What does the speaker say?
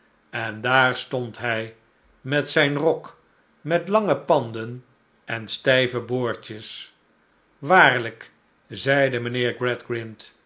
en daar stond hij met zijn rok met lange panden en stijve boordjes waarlijk zeide mijnheer